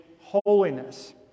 Holiness